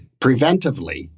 preventively